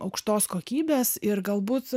aukštos kokybės ir galbūt